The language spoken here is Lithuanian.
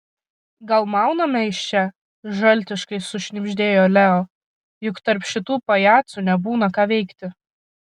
gal mauname iš čia žaltiškai sušnibždėjo leo juk tarp šitų pajacų nebūna ką veikti